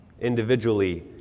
individually